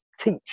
teach